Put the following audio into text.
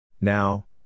Now